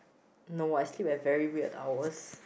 no I sleep at very weird hours